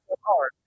hard